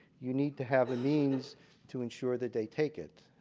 you need to have the means to ensure that they take it.